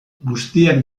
guztiak